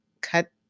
cut